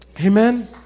Amen